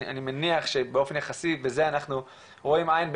אני מניח שבאופן יחסי בזה אנחנו רואים עין בעין,